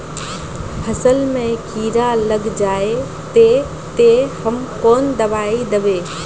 फसल में कीड़ा लग जाए ते, ते हम कौन दबाई दबे?